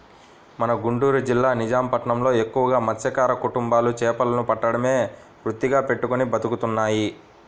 మన గుంటూరు జిల్లా నిజాం పట్నంలో ఎక్కువగా మత్స్యకార కుటుంబాలు చేపలను పట్టడమే వృత్తిగా పెట్టుకుని బతుకుతున్నారు